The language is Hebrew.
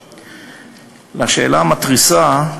1. לשאלה המתריסה,